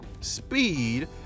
speed